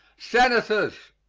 senators,